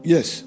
Yes